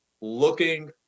looking